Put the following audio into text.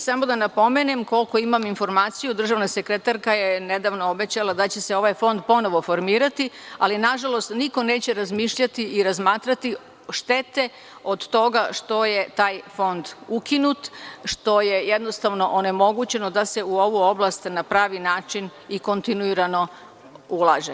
Samo da napomenem, koliko imam informaciju, državna sekretarka je nedavno obećala da će se ovaj fond ponovo formirati, ali nažalost, niko neće razmišljati i razmatrati štete od toga što je taj fond ukinut, što je onemogućeno da se u ovu oblast na pravi način i kontinuirano ulaže.